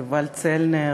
יובל צלנר,